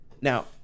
Now